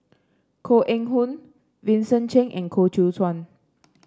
Koh Eng Hoon Vincent Cheng and Koh Seow Chuan